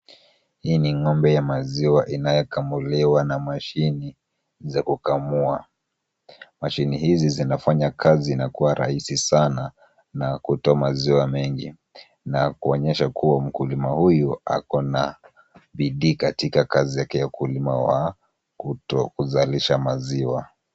Hii ni ng'ombe ya maziwa inayokamuliwa na mashine za kukamua. Mashine hizi zinafanya kazi na kuwa rahisi sana na kutoa maziwa mengi na kuonyesha kuwa mkulima huyu ako na bidii katika kazi yake ya ukulima wa kuzalisha maziwa.